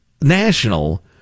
national